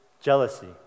jealousy